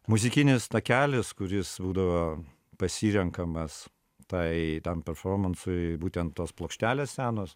muzikinis takelis kuris būdavo pasirenkamas tai tam performansui būtent tos plokštelės senos